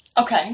Okay